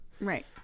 right